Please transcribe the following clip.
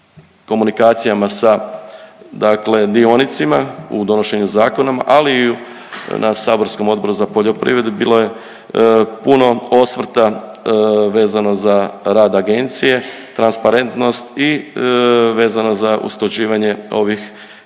komunikacijama sa dakle dionicima u donošenju zakona, ali i na saborskom Odboru za poljoprivredu bilo je puno osvrta vezano za rad agencije, transparentnost i vezano za usklađivanje ovih